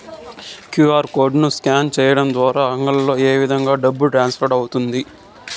QR code ను scan సేయడం ద్వారా అంగడ్లలో ఏ విధంగా డబ్బు ట్రాన్స్ఫర్ అవుతుంది